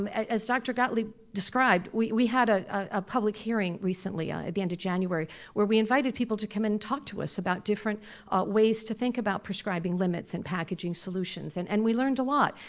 um as dr. gottlieb described, we we had ah a public hearing recently, ah at the end of january, where we invited people to come and talk to us about different ways to think about prescribing limits and packaging solutions, and and we learned a lot.